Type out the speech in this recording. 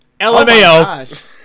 LMAO